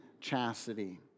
chastity